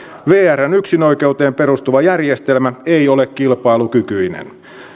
vrn yksinoikeuteen perustuva järjestelmä ei ole kilpailukykyinen